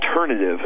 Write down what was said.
alternative